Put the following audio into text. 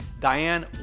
Diane